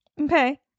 Okay